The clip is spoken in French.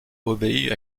obéit